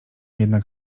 jednak